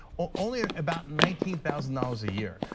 only ah about nineteen thousand dollars a year.